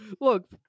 look